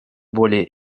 более